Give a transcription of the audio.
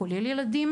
כולל ילדים,